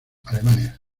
alemania